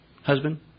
husband